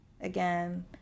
Again